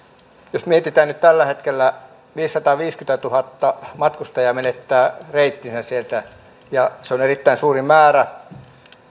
jos mietitään että nyt tällä hetkellä viisisataaviisikymmentätuhatta matkustajaa menettää reittinsä sieltä ja se on erittäin suuri määrä